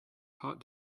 heart